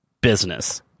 business